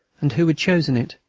and who had chosen it.